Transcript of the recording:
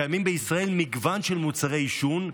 קיימים בישראל מגוון של מוצרי עישון,